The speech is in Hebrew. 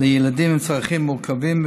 לילדים עם צרכים מורכבים,